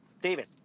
David